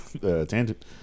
Tangent